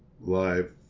live